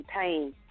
pain